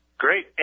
Great